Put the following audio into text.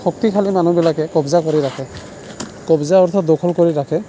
শক্তিশালী মানুহবিলাকে কব্জা কৰি ৰাখে কব্জা অৰ্থাৎ দখল কৰি ৰাখে